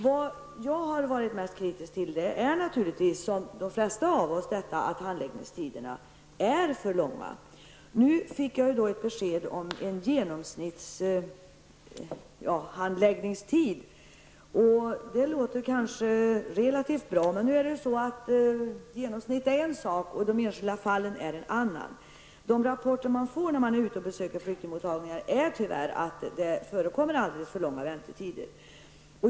Vad jag har varit mest kritisk mot är naturligtvis, som de flesta av oss, att handläggningstiderna är för långa. Nu fick jag besked om en genomsnittlig handläggningstid. Och det låter kanske relativt bra. Men genomsnitt är en sak, och de enskilda fallen är en annan. De rapporter man får när man är ute och besöker flyktingmottagningar är tyvärr att väntetiderna är alldeles för långa.